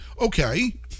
Okay